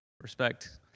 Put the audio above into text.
respect